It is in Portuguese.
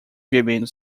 bebendo